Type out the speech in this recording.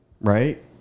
right